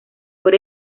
por